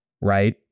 right